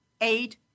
eight